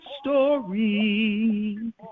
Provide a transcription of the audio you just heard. story